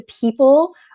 people